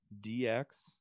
DX